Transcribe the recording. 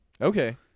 Okay